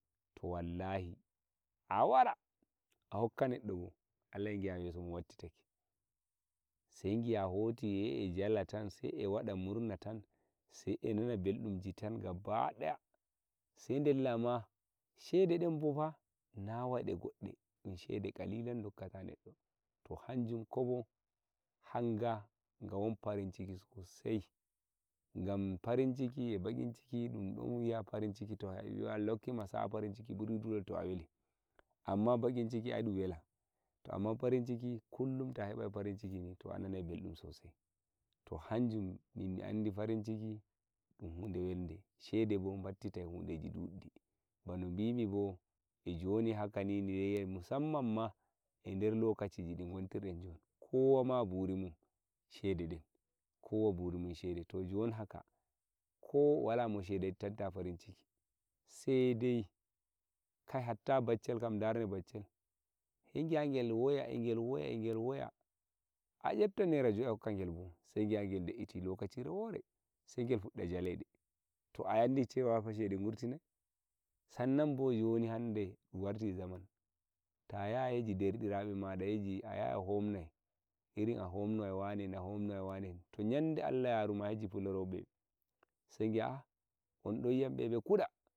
to wallahi a wara ah hokka neɗɗo ɓo sai giya yesomun wattitake ke sai giya hoti sai a jala tan sai eh diwa tan sai eh numa belɗum ji tan gaba daya shede ɗen bona nawai ɗe goɗɗe gokka ta nedɗo to hanjum kobo hanga gawon farinjini gam farin ciki eh bakin ciki to allah rokki ma sa a hokkima farin ciki to ah weli amma bakin ciki bi ai wela to amma farin ciki kullum ta ta heɗai farin ciki sossai toh hanjum farin ciki ɗum hude welɗe shede bo wattitai hudeji ɗuɗɗi bano bimi bo eh joni haka miyayai musamman ma ehder lokaciyel gel kowama jon burimun sheden to jon haka ko wala mo shede wata mo farin ciki sai dai hatta baccel sai giya eh gel woya eh gel woya ah yepta naira joi ah hokka gelbo sai giya gel deetti lokaci re wore sai gel fuɗɗa jaleɗe toh a andi cewa gurtinai sannan bo joni hande warti zaman ta yahai hoje derɗirabe ah yahai ah homnai ɓe irin ah homno wai wane en yande allah yama hoje fulorai be sai biya ah unɗon yamma ehɓe kuwa.